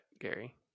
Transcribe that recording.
Gary